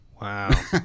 wow